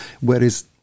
whereas